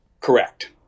Correct